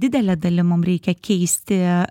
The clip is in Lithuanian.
didele dalim mum reikia keisti